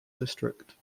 district